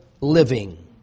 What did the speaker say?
living